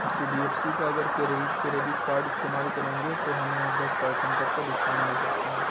H D F C کا اگر credit credit card استعمال کریں گے تو ہمیں دس پرسنٹ تک کا ڈسکاؤنٹ مل سکتا ہے